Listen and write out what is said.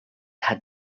had